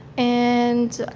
and